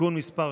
(תיקון מס'